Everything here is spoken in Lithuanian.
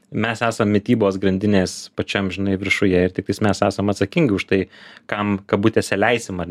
mes esam mitybos grandinės pačiam žinai viršuje ir tiktais mes esam atsakingi už tai kam kabutėse leisim ar